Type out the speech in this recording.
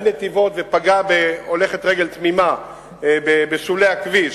נתיבות ופגע בהולכת רגל תמימה בשולי הכביש,